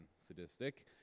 sadistic